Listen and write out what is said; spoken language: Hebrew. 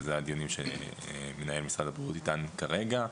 ואלה הדיונים שמשרד הבריאות מנהל איתן כרגע,